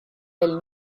del